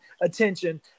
attention